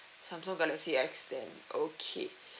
Samsung galaxy X ten okay